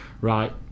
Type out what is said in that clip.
right